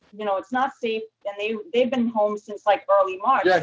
you know, it's not safe and they they've been home since like early march. yeah